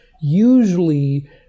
Usually